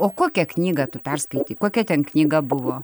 o kokią knygą tu perskaitei kokia ten knyga buvo